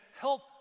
help